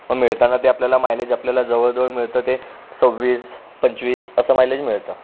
पण मिळताना ते आपल्याला मायलेज आपल्याला जवळजवळ मिळतं ते सव्वीस पंचवीस असं मायलेज मिळतं